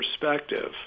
perspective